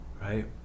right